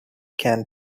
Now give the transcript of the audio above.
can